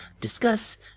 discuss